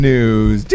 News